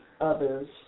others